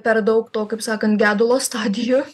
per daug to kaip sakant gedulo stadijų